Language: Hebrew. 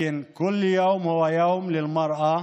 היום הוא יום האישה הבין-לאומי,